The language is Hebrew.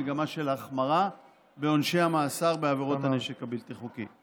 מגמה של החמרה בעונשי המאסר בעבירות הנשק הבלתי-חוקי.